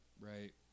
right